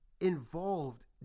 Involved